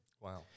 Wow